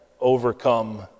overcome